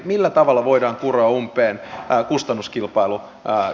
millä tavalla voidaan kuroa umpeen kustannuskilpailukyky